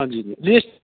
ਹਾਂਜੀ ਜੀ ਜੇ